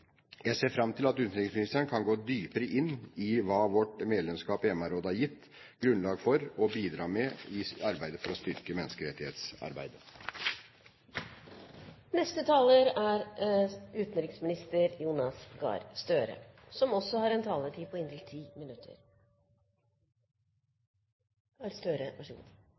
Jeg ser fram til at utenriksministeren kan gå dypere inn i hva vårt medlemskap i MR-rådet har gitt grunnlag for å bidra med for å styrke menneskerettighetsarbeidet. Takk til representanten Svein Roald Hansen for å ta opp spørsmålet, og takk for et svært godt innledningsinnlegg, som